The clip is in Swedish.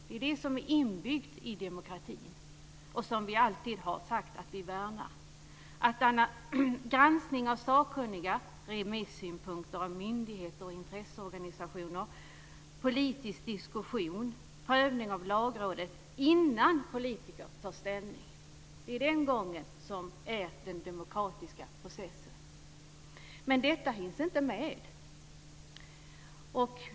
Det är det som är inbyggt i demokrati och som vi alltid har sagt att vi värnar. Granskning av sakkunniga, remissynpunkter av myndigheter och intresseorganisationer, politisk diskussion, prövning av Lagrådet innan politiker tar ställning är den gång som är den demokratiska processen. Men detta hinns inte med.